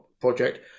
project